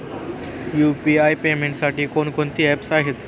UPI पेमेंटसाठी कोणकोणती apps आहेत?